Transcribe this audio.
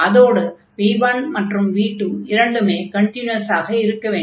அதோடு v1 மற்றும் v2 இரண்டுமே கன்டின்யுவஸாக இருக்க வேண்டும்